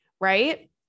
Right